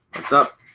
what's up